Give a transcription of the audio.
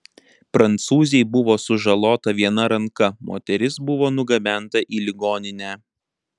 prancūzei buvo sužalota viena ranka moteris buvo nugabenta į ligoninę